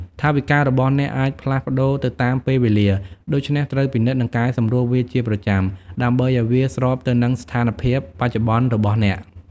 ថវិការបស់អ្នកអាចផ្លាស់ប្តូរទៅតាមពេលវេលា ដូច្នេះត្រូវពិនិត្យ និងកែសម្រួលវាជាប្រចាំ ដើម្បីឱ្យវាស្របទៅនឹងស្ថានភាពបច្ចុប្បន្នរបស់អ្នក។